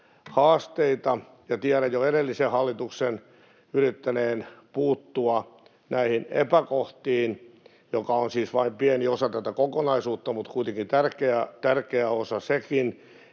haasteita, ja tiedän jo edellisen hallituksen yrittäneen puuttua näihin epäkohtiin, jotka ovat siis vain pieni osa tätä kokonaisuutta, mutta kuitenkin tärkeä osa sekin.